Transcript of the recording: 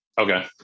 Okay